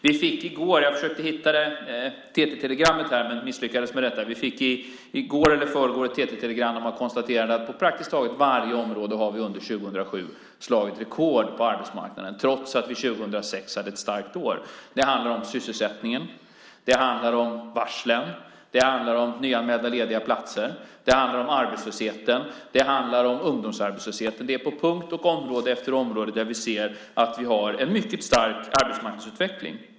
Vi fick i går - jag försökte hitta det TT-telegrammet men misslyckades med det - ett TT-telegram där man konstaterade att vi på praktiskt taget varje område under 2007 slagit rekord på arbetsmarknaden, trots att 2006 var ett starkt år. Det handlar om sysselsättningen, det handlar om varslen, det handlar om nyanmälda lediga platser, det handlar om arbetslösheten, det handlar om ungdomsarbetslösheten. På punkt efter punkt och område efter område ser vi att vi har en mycket stark arbetsmarknadsutveckling.